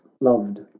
loved